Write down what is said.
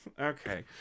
Okay